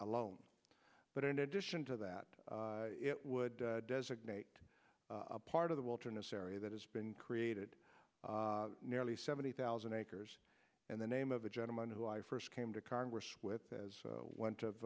alone but in addition to that it would designate a part of the wilderness area that has been created nearly seventy thousand acres and the name of the gentleman who i first came to congress with as went